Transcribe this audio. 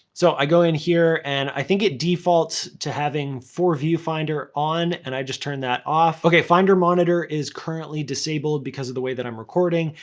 so, i go in here and i think it defaults to having for viewfinder on, and i just turn that off. okay, finder monitor is currently disabled, because of the way that i'm recording,